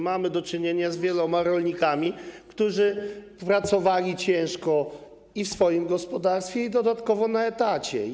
Mamy do czynienia z wieloma rolnikami, którzy ciężko pracowali i w swoim gospodarstwie, i dodatkowo na etacie.